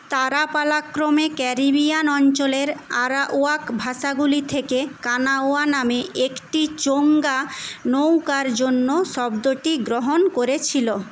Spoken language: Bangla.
তারা পালাক্রমে ক্যারিবিয়ান অঞ্চলের আরাওয়াক ভাষাগুলি থেকে কানাওয়া নামে একটি চোঙা নৌকার জন্য শব্দটি গ্রহণ করেছিল